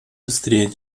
быстрее